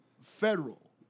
federal